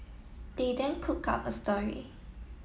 they then cook up a story